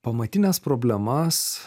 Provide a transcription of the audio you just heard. pamatines problemas